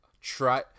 try